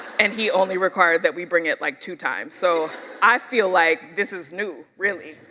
and he only required that we bring it like two times, so i feel like this is new, really.